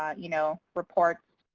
ah you know, reports,